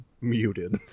Muted